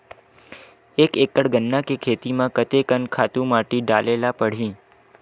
एक एकड़ गन्ना के खेती म कते कन खातु माटी डाले ल पड़ही?